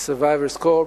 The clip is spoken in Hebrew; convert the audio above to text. The Survivor Corps,